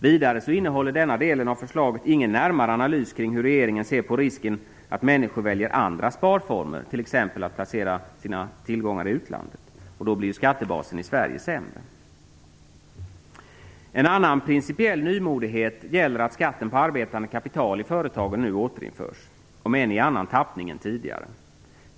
Vidare innehåller denna del av förslaget ingen närmare analys kring hur regeringen ser på risken att människor väljer andra sparformer t.ex. att placera sina tillgångar i utlandet, varvid skattebasen i Sverige blir sämre. En annan principiell nymodighet gäller att skatten på arbetande kapital i företagen nu återinförs, om än i annan tappning än tidigare.